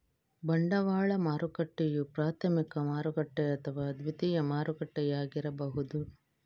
ಬಂಡವಾಳ ಮಾರುಕಟ್ಟೆಯು ಪ್ರಾಥಮಿಕ ಮಾರುಕಟ್ಟೆ ಅಥವಾ ದ್ವಿತೀಯ ಮಾರುಕಟ್ಟೆಯಾಗಿರಬಹುದು